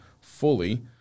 fully